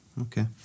Okay